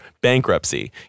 bankruptcy